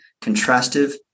contrastive